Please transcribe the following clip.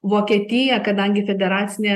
vokietija kadangi federacinė